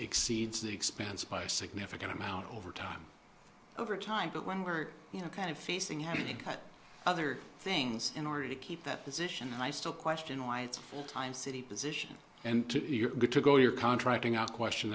exceeds the expense by a significant amount over time over time but when we're you know kind of facing having to cut other things in order to keep that position i still question why it's full time city position and you're good to go you're contracting out a question